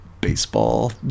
baseball